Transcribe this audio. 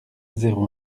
zéro